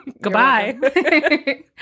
Goodbye